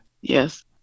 Yes